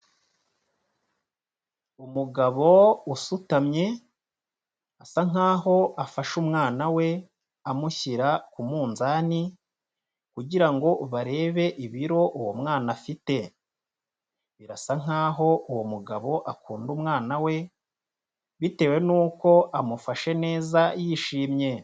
Umugabo usutamye asa nkaho afashe umwana we amushyira ku munzani, kugira ngo barebe ibiro uwo mwana afite. Birasa nkaho uwo mugabo akunda umwana we, bitewe nuko amufashe neza yishimye.